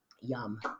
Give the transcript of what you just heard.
yum